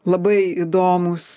labai įdomūs